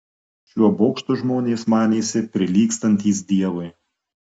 šiuo bokštu žmonės manėsi prilygstantys dievui